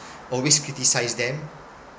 always criticise them